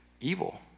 evil